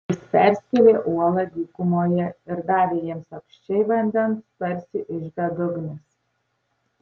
jis perskėlė uolą dykumoje ir davė jiems apsčiai vandens tarsi iš bedugnės